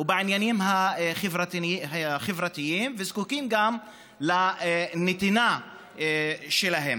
ובעניינים החברתיים וזקוקים גם לנתינה שלהם.